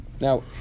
Now